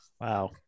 Wow